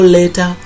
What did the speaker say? later